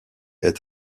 est